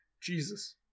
Jesus